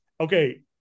okay